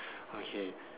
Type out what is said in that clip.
okay